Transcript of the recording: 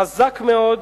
חזק מאוד,